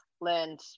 learned